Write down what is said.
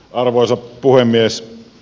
arvoisa puhemies